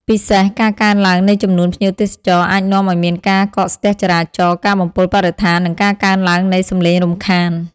ពិសេស ការកើនឡើងនៃចំនួនភ្ញៀវទេសចរអាចនាំឱ្យមានការកកស្ទះចរាចរណ៍ ការបំពុលបរិស្ថាន និងការកើនឡើងនៃសំឡេងរំខាន។